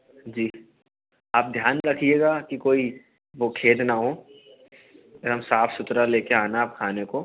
जी आप ध्यान रखियेगा की कोई वह खेद न हो एवं साफ़ सुथरा ले कर आना खाने को